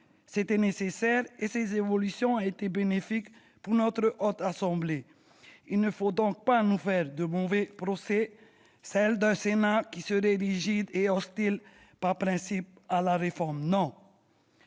C'était nécessaire, et ces évolutions ont été bénéfiques à la Haute Assemblée. Il ne faut donc pas nous faire de mauvais procès, celui d'un Sénat qui serait rigide et hostile par principe à la réforme. Pour